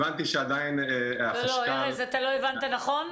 הבנתי שעדיין החשכ"ל -- ארז, אתה לא הבנת נכון.